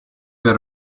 got